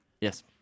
Yes